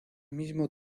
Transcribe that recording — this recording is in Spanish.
mismo